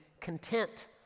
content